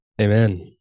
Amen